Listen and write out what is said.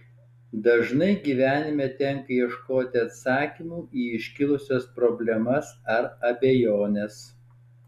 dažnai gyvenime tenka ieškoti atsakymų į iškilusias problemas ar abejones